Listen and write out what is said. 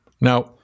Now